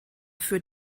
für